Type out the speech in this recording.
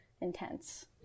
intense